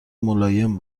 ملایم